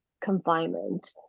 confinement